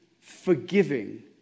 forgiving